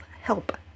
help